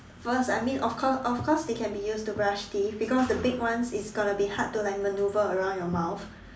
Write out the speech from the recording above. because I mean of course of course they can be used to brush teeth because the big ones is gonna be hard to maneuver around your mouth